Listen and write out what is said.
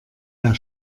der